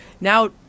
now